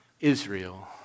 Israel